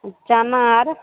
चना आर